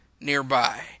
nearby